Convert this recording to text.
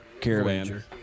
Caravan